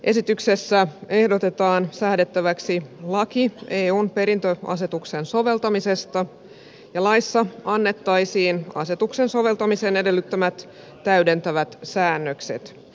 esityksessä ehdotetaan säädettäväksi laki eun perintöasetuksen soveltamisesta ja laissa annettaisiin asetuksen soveltamisen edellyttämät täydentävät säännökset